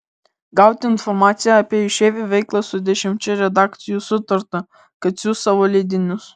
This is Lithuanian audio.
gauti informaciją apie išeivių veiklą su dešimčia redakcijų sutarta kad siųs savo leidinius